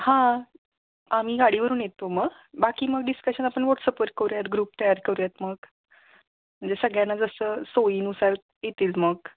हां आम्ही गाडीवरून येतो मग बाकी मग डिस्कशन आपण वॉट्सअपवर करूयात ग्रुप तयार करूयात मग म्हणजे सगळ्यांना जसं सोयीनुसार येतील मग